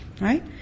right